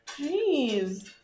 jeez